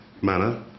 manner